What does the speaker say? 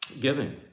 Giving